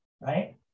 right